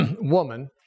woman